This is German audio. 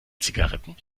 zigaretten